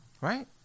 Right